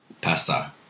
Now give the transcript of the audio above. Pasta